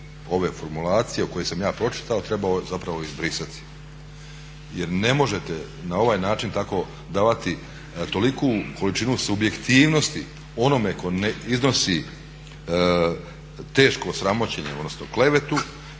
ove formulacije koju sam ja pročitao trebao zapravo izbrisati. Jer ne možete na ovaj način tako davati toliku količinu subjektivnosti onome tko iznosi teško sramoćenje, odnosno klevetu,